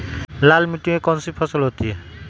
लाल मिट्टी में कौन सी फसल होती हैं?